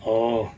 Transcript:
orh